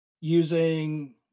Using